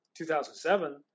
2007